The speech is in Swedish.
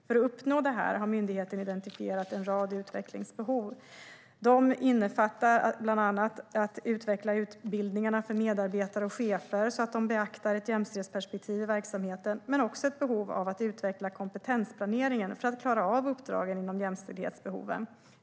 För att uppnå detta har myndigheten identifierat en rad utvecklingsbehov. De innefattar att bland annat utveckla utbildningarna för medarbetare och chefer så att de beaktar ett jämställdhetsperspektiv i verksamheten men också ett behov av att utveckla kompetensplaneringen för att klara av uppdragen inom jämställdhetsbehoven.